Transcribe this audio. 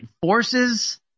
forces